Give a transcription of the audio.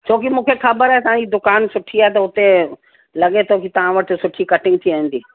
छो की मूंखे ख़बर आहे तव्हांजी दुकान सुठी आहे त उते लॻे थो की तव्हां वटि सुठी कटिंग थी वेंदी